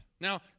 Now